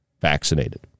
vaccinated